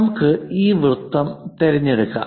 നമുക്ക് ഈ വൃത്തം തിരഞ്ഞെടുക്കാം